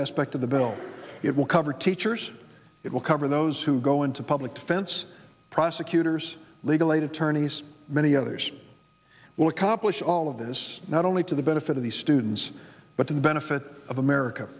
aspect of the bill it will cover teachers it will cover those who go into public defense prosecutors legal aid attorneys many others will accomplish all of this not only to the benefit of the students but to the benefit of america